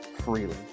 freely